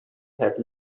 had